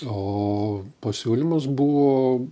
o pasiūlymas buvo